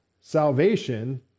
salvation